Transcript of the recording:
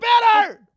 better